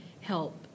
Help